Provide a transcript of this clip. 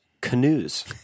canoes